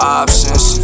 options